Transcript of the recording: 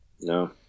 no